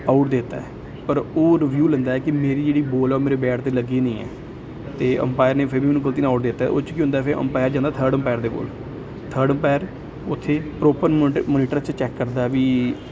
out ਦੇ ਤਾ ਹੈ ਪਰ ਉਹ ਰਿਵਿਊ ਲੈਂਦਾ ਹੈ ਕਿ ਮੇਰੀ ਜਿਹੜੀ ਬੋਲ ਆ ਉਹ ਮੇਰੇ ਬੈਟ 'ਤੇ ਲੱਗੀ ਨਹੀਂ ਹੈ ਅਤੇ ਅੰਪਾਇਰ ਨੇ ਫਿਰ ਵੀ ਉਹਨੂੰ ਗਲਤੀ ਨਾਲ ਆਊਟ ਦੇ ਤਾ ਆ ਉਹ 'ਚ ਕੀ ਹੁੰਦਾ ਫਿਰ ਅੰਪਾਇਰ ਜਾਂਦਾ ਥਰਡ ਅੰਪਾਇਰ ਦੇ ਕੋਲ ਥਰਡ ਅੰਪਾਇਰ ਉੱਥੇ ਪ੍ਰੋਪਰ ਮੋਨੀ ਮੋਨੀਟਰ 'ਚ ਚੈੱਕ ਕਰਦਾ ਵੀ